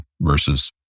versus